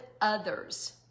others